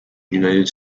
united